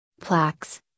plaques